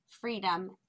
freedom